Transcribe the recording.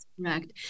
Correct